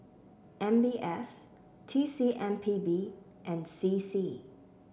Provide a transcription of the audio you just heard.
M B S T C M P B and C C